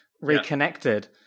reconnected